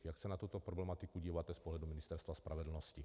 Jak se na tuto problematiku díváte z pohledu Ministerstva spravedlnosti?